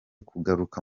kugaruka